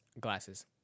glasses